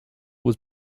was